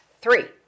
three